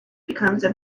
becomes